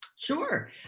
Sure